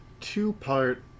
two-part